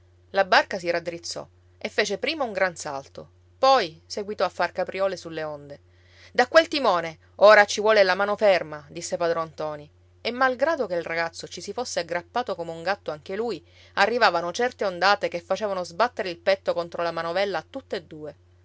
la barca si raddrizzò e fece prima un gran salto poi seguitò a far capriole sulle onde da qua il timone ora ci vuole la mano ferma disse padron ntoni e malgrado che il ragazzo ci si fosse aggrappato come un gatto anche lui arrivavano certe ondate che facevano sbattere il petto contro la manovella a tutt'e due